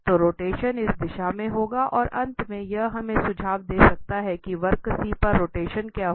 तो रोटेशन इस दिशा में होगा और अंत में यह हमें सुझाव दे सकता है कि वक्र C पर रोटेशन क्या होगा